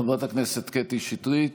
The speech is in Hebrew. חברת הכנסת קטי שטרית,